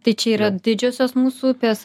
tai čia yra didžiosios mūsų upės